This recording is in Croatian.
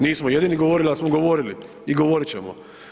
Nismo jedini govorili, al smo govorili i govorit ćemo.